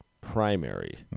Primary